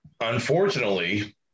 unfortunately